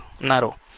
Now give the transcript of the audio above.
narrow